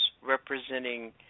representing